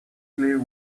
clear